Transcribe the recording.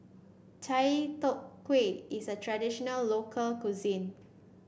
Chai Tow Kway is a traditional local cuisine